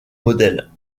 modèles